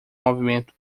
movimento